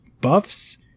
buffs